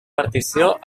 partició